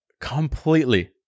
Completely